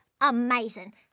amazing